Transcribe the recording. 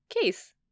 case